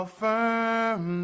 firm